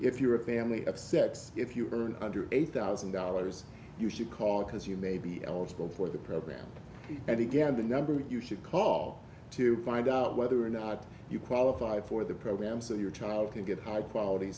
if you're a family of six if you earn under eight thousand dollars you because you may be eligible for the program and again the number you should call to find out whether or not you qualify for the program so your child can get high quality